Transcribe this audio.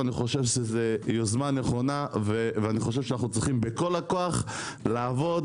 זו יוזמה נכונה ואני חושב שאנו צריכים בכל הכוח לעבוד